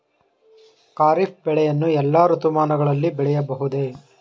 ಖಾರಿಫ್ ಬೆಳೆಯನ್ನು ಎಲ್ಲಾ ಋತುಮಾನಗಳಲ್ಲಿ ಬೆಳೆಯಬಹುದೇ?